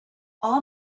all